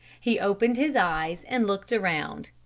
he opened his eyes and looked around.